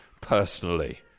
personally